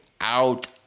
out